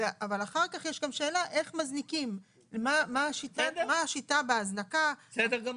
אחר כך יש גם שאלה איך מזניקים: מה השיטה בהזנקה - קרבה,